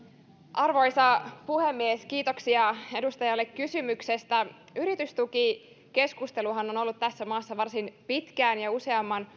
arvoisa puhemies kiitoksia edustajalle kysymyksestä yritystukikeskusteluhan on ollut tässä maassa varsin pitkään ja useamman